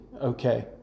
okay